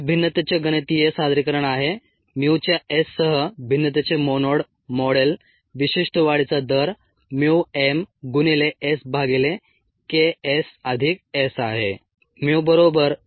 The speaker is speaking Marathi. हे भिन्नतेचे गणितीय सादरीकरण आहे mu च्या S सह भिन्नतेचे मोनोड मॉडेल विशिष्ट वाढीचा दर mu m गुणिले s भागिले K s अधिक S आहे